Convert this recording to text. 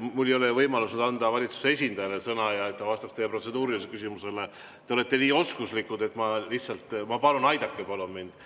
Mul ei ole võimalik anda valitsuse esindajale sõna, et ta vastaks teie protseduurilisele küsimusele. Te olete nii oskuslikud, et ma lihtsalt palun, et aidake mind.